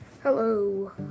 Hello